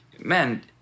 man